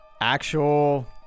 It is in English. actual